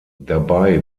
dabei